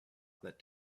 that